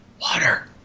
water